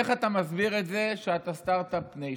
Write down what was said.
איך אתה מסביר את זה שאתה סטרטאפ ניישן?